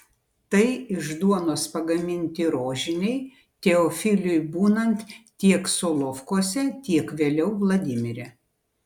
tai iš duonos pagaminti rožiniai teofiliui būnant tiek solovkuose tiek vėliau vladimire